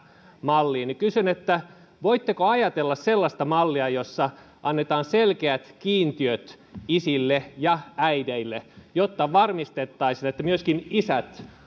malliin niin kysyn voitteko ajatella sellaista mallia jossa annetaan selkeät kiintiöt isille ja äideille jotta varmistettaisiin että myöskin isät